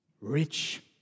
rich